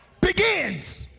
begins